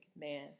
man